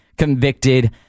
convicted